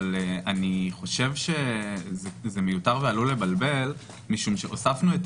אבל אני חושב שזה מיותר ועלול לבלבל כי הוספנו את